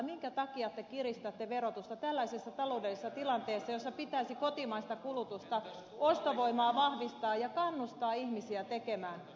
minkä takia te kiristätte verotusta tällaisessa taloudellisessa tilanteessa jossa pitäisi kotimaista kulutusta ostovoimaa vahvistaa ja kannustaa ihmisiä tekemään työtä